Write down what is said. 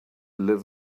live